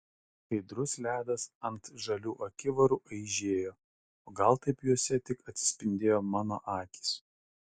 skaidrus ledas ant žalių akivarų aižėjo o gal taip juose tik atsispindėjo mano akys